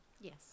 Yes